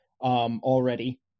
already